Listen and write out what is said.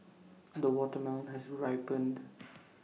the watermelon has ripened